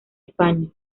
españa